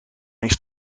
eens